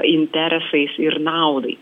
interesais ir naudai